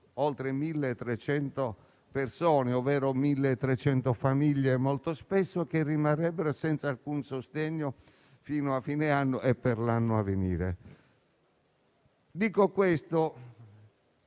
oltre 1.300 persone - circa 1.300 famiglie - che rimarrebbero senza alcun sostegno fino a fine anno e per l'anno a venire. Dico questo